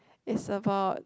it's about